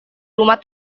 rumah